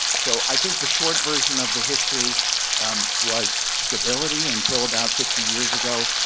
so i think the short version of the history was stability until about fifty years ago,